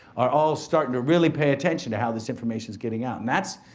are all starting to really pay attention to how this information's getting out. and that's,